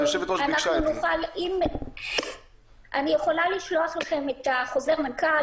אני יכולה לשלוח לכם את חוזר המנכ"ל.